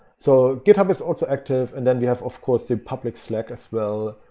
so github is also active, and then we have, of course the public slack as well.